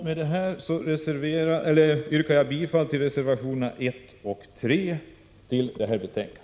Med det här yrkar jag bifall till reservationerna 1 och 3 till detta betänkande.